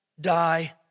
die